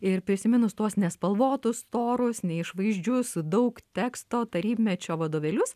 ir prisiminus tuos nespalvotus storus neišvaizdžius daug teksto tarybmečio vadovėlius